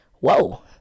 Whoa